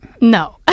No